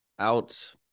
out